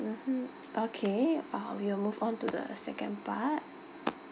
mmhmm okay ah will move onto the second part